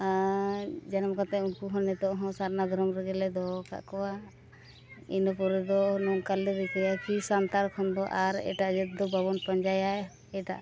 ᱟᱨ ᱡᱟᱱᱟᱢ ᱠᱟᱛᱮᱫ ᱩᱱᱠᱩ ᱦᱚᱸ ᱱᱤᱛᱚᱜ ᱦᱚᱸ ᱥᱟᱨᱱᱟ ᱫᱷᱚᱨᱚᱢ ᱨᱮᱜᱮᱞᱮ ᱫᱚᱦᱚ ᱠᱟᱜ ᱠᱚᱣᱟ ᱤᱱᱟᱹ ᱯᱚᱨᱮ ᱫᱚ ᱱᱚᱝᱠᱟᱞᱮ ᱨᱤᱠᱟᱹᱭᱟ ᱠᱤ ᱥᱟᱱᱛᱟᱲ ᱦᱚᱯᱚᱱ ᱫᱚ ᱮᱴᱟᱜ ᱡᱟᱹᱛ ᱫᱚ ᱵᱟᱵᱚᱱ ᱯᱟᱸᱡᱟᱭᱟ ᱮᱴᱟᱜ